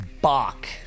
Bach